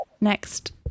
next